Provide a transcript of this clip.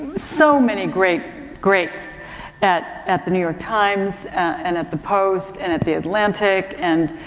so many great, greats at, at the new york times and at the post, and at the atlantic and,